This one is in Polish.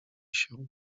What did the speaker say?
się